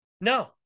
No